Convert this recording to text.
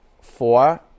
Four